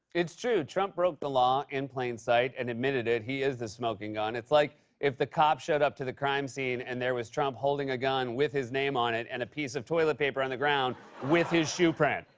it's true. trump broke the law in plain sight and admitted it. he is the smoking gun. it's like if the cop showed up to the crime scene and there was trump holding a gun with his name on it and a piece of toilet paper on the ground with his shoe print.